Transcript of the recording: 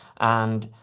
and.